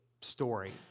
story